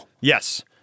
yes